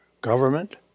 government